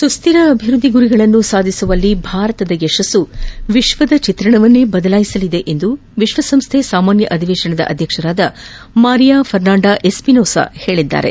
ಸುಸ್ಹಿರ ಅಭಿವ್ಯದ್ದಿ ಗುರಿಗಳನ್ನು ಸಾಧಿಸುವಲ್ಲಿ ಭಾರತದ ಯಶಸ್ಸು ವಿಶ್ವದ ಚಿತ್ರಣವನ್ನು ಬದಲಾಯಿಸಲಿದೆ ಎಂದು ವಿಶ್ವಸಂಸ್ಥೆ ಸಾಮಾನ್ಯ ಅಧಿವೇಶನ ಅಧ್ಲಕ್ಷೆ ಮರಿಯಾ ಫರ್ನಾಂಡ ಎಸ್ವಿನೋಸಾ ಹೇಳಿದ್ದಾರೆ